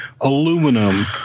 aluminum